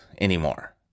anymore